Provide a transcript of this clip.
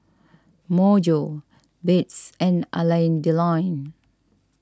Myojo Beats and Alain Delon